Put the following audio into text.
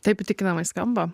taip įtikinamai skamba